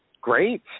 Great